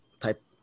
type